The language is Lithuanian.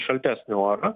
šaltesnio oro